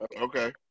Okay